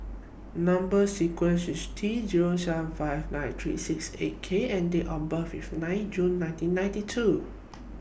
Number sequence IS T Zero seven five nine three six eight K and Date of birth IS nine June nineteen ninety two